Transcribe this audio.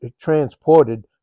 transported